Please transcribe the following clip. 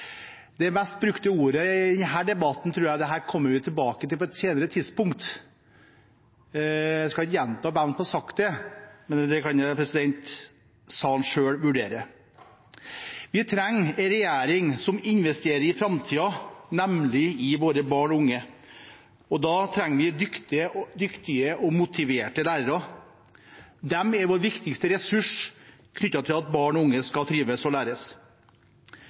Det mest brukte uttrykket i denne debatten tror jeg er «dette kommer vi tilbake til på et senere tidspunkt». Jeg skal ikke si hvem som har sagt det – det kan salen selv vurdere. Vi trenger en regjering som investerer i framtiden – i våre barn og unge. Da trenger vi dyktige og motiverte lærere. De er vår viktigste ressurs for at barn og unge skal trives og